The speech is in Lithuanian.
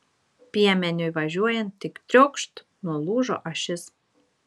piemeniui važiuojant tik triokšt nulūžo ašis